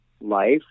life